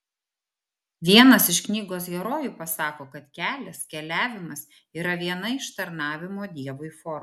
vienas iš knygos herojų pasako kad kelias keliavimas yra viena iš tarnavimo dievui formų